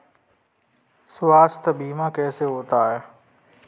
स्वास्थ्य बीमा कैसे होता है?